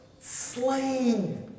slain